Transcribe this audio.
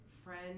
friend